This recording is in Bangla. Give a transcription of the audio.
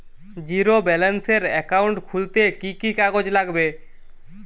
জীরো ব্যালেন্সের একাউন্ট খুলতে কি কি কাগজ লাগবে?